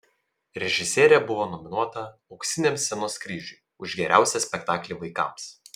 režisierė buvo nominuota auksiniam scenos kryžiui už geriausią spektaklį vaikams